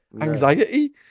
anxiety